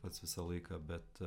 pats visą laiką bet